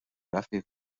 رفیق